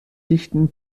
dichten